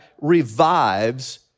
revives